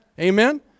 Amen